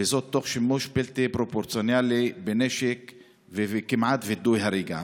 וזאת תוך שימוש בלתי פרופורציונלי בנשק וכמעט וידוא הריגה.